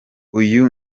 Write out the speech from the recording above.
uyu